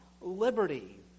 liberty